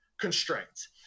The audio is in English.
constraints